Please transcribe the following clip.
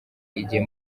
igihe